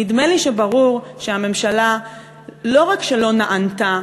נדמה לי שברור שהממשלה לא רק שלא נענתה